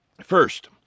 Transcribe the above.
First